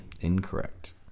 Incorrect